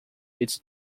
its